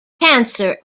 cancer